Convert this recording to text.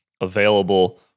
available